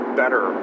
better